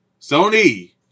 Sony